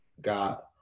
got